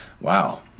Wow